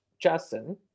Justin